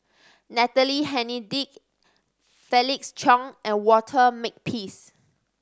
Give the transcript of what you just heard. Natalie Hennedige Felix Cheong and Walter Makepeace